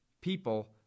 people